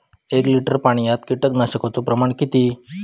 एक लिटर पाणयात कीटकनाशकाचो प्रमाण किती?